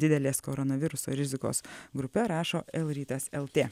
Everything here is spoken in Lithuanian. didelės koronaviruso rizikos grupe rašo lrytas lt